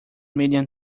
million